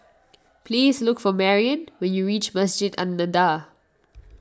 please look for Marion when you reach Masjid An Nahdhah